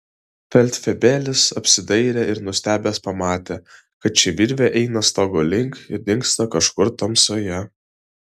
feldfebelis apsidairė ir nustebęs pamatė kad ši virvė eina stogo link ir dingsta kažkur tamsoje